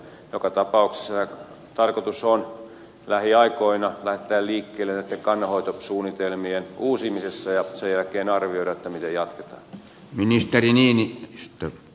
joka tapauksessa tarkoitus on lähiaikoina lähteä liikkeelle näitten kannanhoitosuunnitelmien uusimisessa ja sen jälkeen arvioida miten jatketaan